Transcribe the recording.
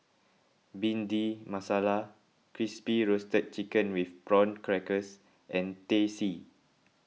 Bhindi Masala Crispy Roasted Chicken with Prawn Crackers and Teh C